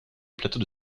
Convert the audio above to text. plateaux